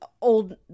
old